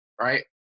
right